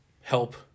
help